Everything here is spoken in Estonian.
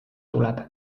tuleb